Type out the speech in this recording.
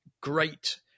great